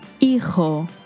Hijo